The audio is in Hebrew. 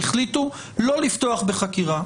החליטו לא לפתוח בחקירה,